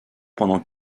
pendant